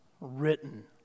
written